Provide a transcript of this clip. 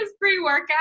pre-workout